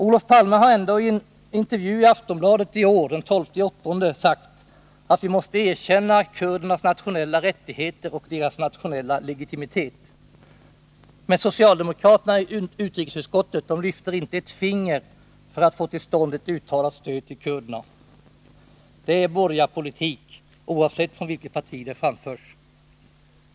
Olof Palme-har ändå i en intervju i Aftonbladet den 12 augusti i år sagtatt vi måste erkänna kurdernas nationella rättigheter och deras nationella legitimitet, men socialdemokraterna i utrikesutskottet lyfter inte ett finger för att få till stånd ett uttalat stöd till kurderna. Det är borgarpolitik, oavsett vilket parti som bedriver den.